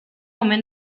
omen